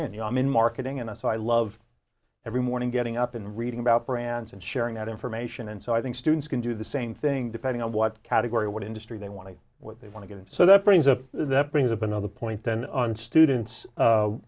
the i'm in marketing and i so i love every morning getting up and reading about brands and sharing that information and so i think students can do the same thing depending on what category what industry they want to what they want to give so that brings up that brings up another point then students